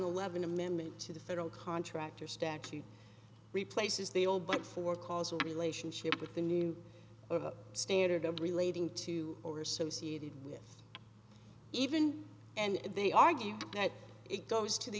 eleven amendment to the federal contractor statute replaces the old but for causal relationship with the new standard of relating to or associated with even and they argue that it goes to the